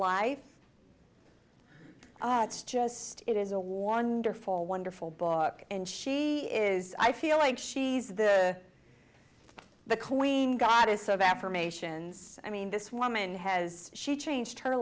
life it's just it is a war under for wonderful book and she is i feel like she's the the queen goddess of affirmations i mean this woman has she changed her